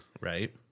right